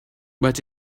but